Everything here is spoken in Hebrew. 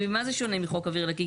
במה זה שונה מחוק אוויר נקי,